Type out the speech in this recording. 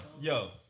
yo